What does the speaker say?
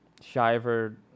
Shiver